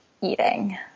eating